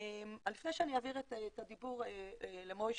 לפני שאעביר את הדיבור למוישה,